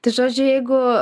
tai žodžiu jeigu